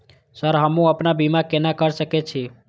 Sir हमू अपना बीमा केना कर सके छी?